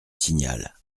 signal